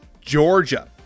Georgia